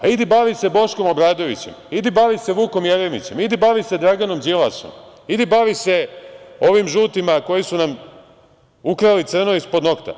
Idi bavi se Boškom Obradovićem, idi bavi se Vukom Jeremićem, idi bavi se Draganom Đilasom, idi bavi se ovim žutima koji su nam ukrali crno ispod nokta.